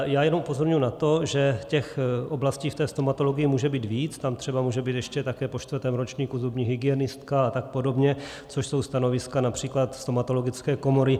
Já jenom upozorňuji na to, že těch oblastí v té stomatologii může být víc, tam třeba může být ještě také po čtvrtém ročníku zubní hygienistka a tak podobně, což jsou stanoviska např. stomatologické komory.